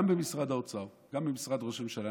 גם במשרד האוצר וגם במשרד ראש הממשלה,